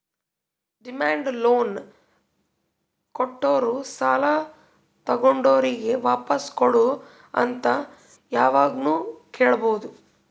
demand loan ಕೊಟ್ಟೋರು ಸಾಲ ತಗೊಂಡೋರಿಗ್ ವಾಪಾಸ್ ಕೊಡು ಅಂತ್ ಯಾವಾಗ್ನು ಕೇಳ್ಬಹುದ್